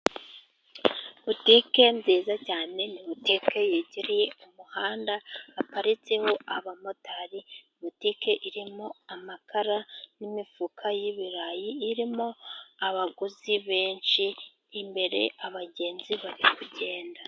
Butike nziza cyane ni butike yegereye umuhanda haparitseho abamotari .Butike irimo amakara n'imifuka y'ibirayi. Irimo abaguzi benshi . Imbere abagenzi bari kugenda.